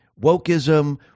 wokeism